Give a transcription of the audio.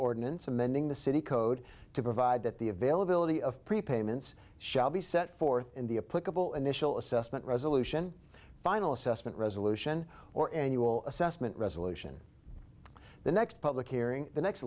ordinance amending the city code to provide that the availability of prepayments shall be set forth in the a political initial assessment resolution final assessment resolution or annual assessment resolution the next public hearing the next